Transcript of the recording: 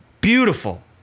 beautiful